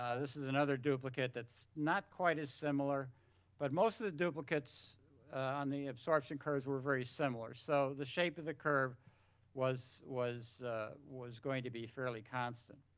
ah this is another duplicate that's not quite as similar but most of the duplicates on the absorption curves were very similar. so, the shape of the curve was was going to be fairly constant.